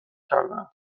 کردند